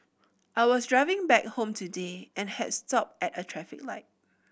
I was driving back home today and had stopped at a traffic light